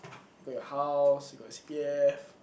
you got your house your got C_P_F